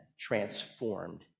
transformed